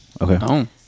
okay